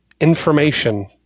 information